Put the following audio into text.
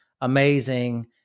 amazing